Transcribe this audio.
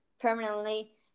permanently